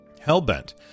hellbent